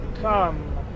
come